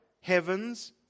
heavens